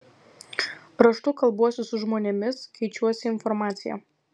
raštu kalbuosi su žmonėmis keičiuosi informacija